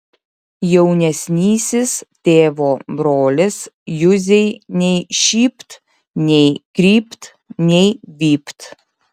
jaunesnysis tėvo brolis juzei nei šypt nei krypt nei vypt